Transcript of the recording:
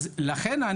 אז לכן,